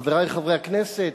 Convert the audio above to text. חברי חברי הכנסת,